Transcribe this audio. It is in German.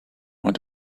und